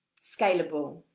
scalable